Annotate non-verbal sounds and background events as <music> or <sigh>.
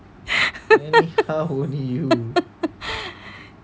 <laughs>